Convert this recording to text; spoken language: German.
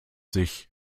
sich